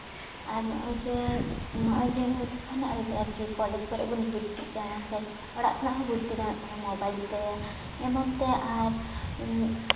ᱟᱨ ᱱᱚᱜᱼᱚᱭ ᱡᱮ ᱱᱚᱜᱼᱚᱭ ᱡᱮ ᱡᱟᱦᱟᱱᱟᱜ ᱨᱮᱜᱮ ᱟᱨᱠᱤ ᱠᱚᱞᱮᱡᱽ ᱠᱚᱨᱮᱜ ᱵᱚᱱ ᱵᱷᱚᱨᱛᱤᱜ ᱠᱟᱱᱟ ᱥᱮ ᱚᱲᱟᱜ ᱠᱷᱚᱱᱟᱜ ᱵᱷᱚᱨᱛᱤ ᱜᱟᱱᱚᱜ ᱠᱟᱱᱟ ᱢᱳᱵᱟᱭᱤᱞ ᱛᱮ ᱮᱢᱟᱱ ᱛᱮ ᱟᱨ